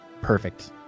perfect